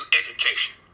education